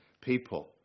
people